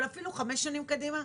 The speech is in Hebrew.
אבל אפילו חמש שנים קדימה,